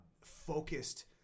focused